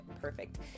perfect